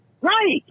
Right